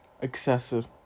excessive